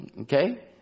Okay